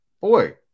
boy